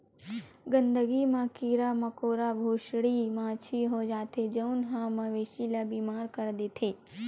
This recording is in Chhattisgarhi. गंदगी म कीरा मकोरा, भूसड़ी, माछी हो जाथे जउन ह मवेशी ल बेमार कर देथे